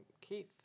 Keith